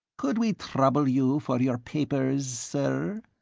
could we trrouble you for your paperesses, sirr?